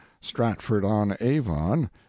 stratford-on-avon